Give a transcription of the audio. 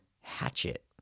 Hatchet